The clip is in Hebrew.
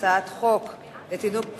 אני קובעת שהצעת חוק הנזיקים האזרחיים (אחריות המדינה) (תיקון מס'